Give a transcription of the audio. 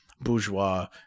bourgeois